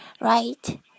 Right